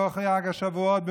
חג השבועות,